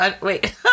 Wait